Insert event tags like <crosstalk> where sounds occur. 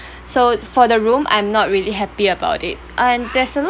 <breath> so for the room I'm not really happy about it and there's a lot